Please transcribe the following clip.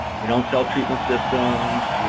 we don't sell treatment systems.